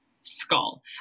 skull